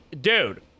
dude